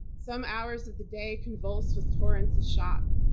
some hours of the day convulsed with torrents of shock.